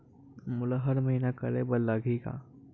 मोला हर महीना करे बर लगही का?